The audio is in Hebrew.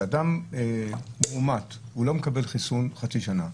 אדם מאומת הוא לא מקבל חיסון חצי שנה,